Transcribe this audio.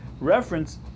reference